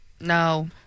No